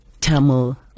Tamil